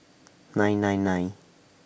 nine nine nine